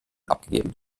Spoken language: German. abgegeben